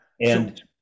And-